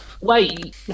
Wait